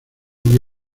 que